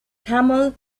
camel